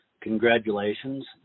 Congratulations